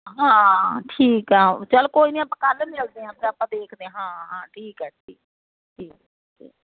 ਹਾਂ ਠੀਕ ਆ ਚੱਲ ਕੋਈ ਨਹੀਂ ਆਪਾਂ ਕੱਲ੍ਹ ਮਿਲਦੇ ਹਾਂ ਫਿਰ ਆਪਾਂ ਦੇਖਦੇ ਹਾਂ ਹਾਂ ਠੀਕ ਹੈ ਠੀਕ ਠੀਕ ਆ